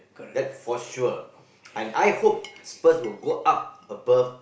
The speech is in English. that's for sure and I hope spurs will go up above